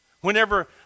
Whenever